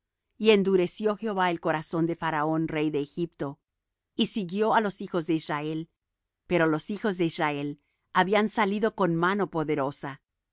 y endureció jehová el corazón de faraón rey de egipto y siguió á los hijos de israel pero los hijos de israel habían salido con mano poderosa